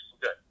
good